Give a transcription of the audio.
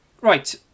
Right